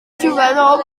jugador